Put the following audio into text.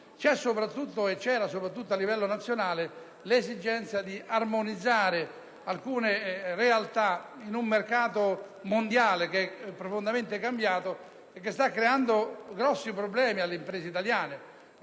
e altri ancora. Vi è soprattutto a livello nazionale l'esigenza di armonizzare alcune realtà in un mercato mondiale profondamente cambiato che sta creando grossi problemi alle imprese italiane.